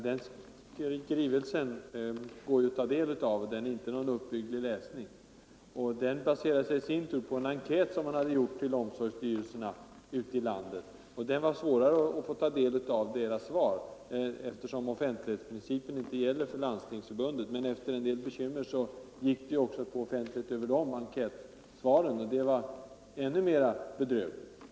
Den skrivelsen går att ta del av, men det är inte någon uppbygglig läsning. Den baserar sig i sin tur på en enkät som man hade gjort vid omsorgsstyrelserna ute i landet. Det var svårare att få ta del av deras svar, eftersom offentlighetsprincipen inte gäller för Landstingsförbundet. Men efter en del bekymmer gick det att få offentlighet också beträffande de enkätsvaren - som var ännu mer bedrövliga.